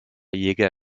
jäger